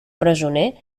presoner